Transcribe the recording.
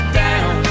down